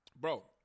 Bro